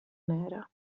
nera